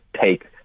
take